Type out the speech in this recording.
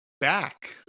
back